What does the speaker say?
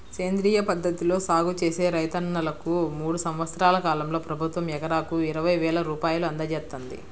సేంద్రియ పద్ధతిలో సాగు చేసే రైతన్నలకు మూడు సంవత్సరాల కాలంలో ప్రభుత్వం ఎకరాకు ఇరవై వేల రూపాయలు అందజేత్తంది